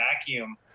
vacuum